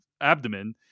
abdomen